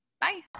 Bye